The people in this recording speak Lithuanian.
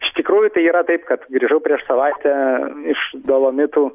iš tikrųjų tai yra taip kad grįžau prieš savaitę iš dolomitų